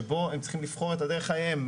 שבו הם צריכים לבחור את דרך חייהם,